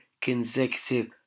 consecutive